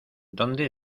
dónde